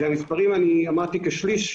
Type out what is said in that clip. והמספרים אמרתי כשליש,